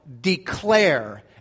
declare